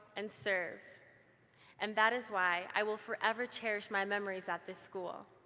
and serve and that is why i will forever cherish my memories at this school.